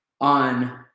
on